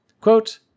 Quote